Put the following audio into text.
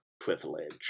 Privilege